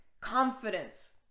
confidence